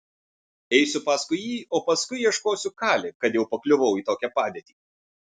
eisiu paskui jį o paskui ieškosiu kali kad jau pakliuvau į tokią padėtį